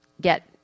get